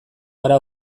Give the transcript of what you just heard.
gara